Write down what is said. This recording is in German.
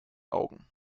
augen